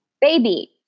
baby